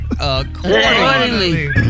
Accordingly